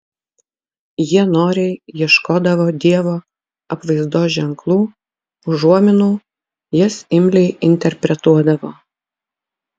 jie noriai ieškodavo dievo apvaizdos ženklų užuominų jas imliai interpretuodavo